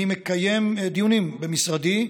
אני מקיים דיונים במשרדי,